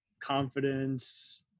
confidence